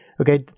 Okay